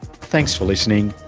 thanks for listening,